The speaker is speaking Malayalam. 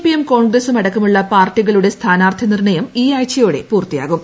പിയും കോൺഗ്രസും അടക്കമുള്ള പാർട്ടികളുടെ സ്ഥാനാർത്ഥിനിർണയം ഈയാഴ്ചയോടെ പൂർത്തിയാകും